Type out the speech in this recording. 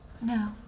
No